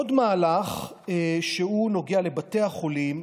עוד מהלך שנוגע לבתי החולים,